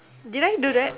did I do that